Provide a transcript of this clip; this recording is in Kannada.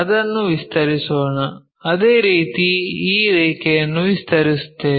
ಅದನ್ನು ವಿಸ್ತರಿಸೋಣ ಅದೇ ರೀತಿ ಈ ರೇಖೆಯನ್ನು ವಿಸ್ತರಿಸುತ್ತೇವೆ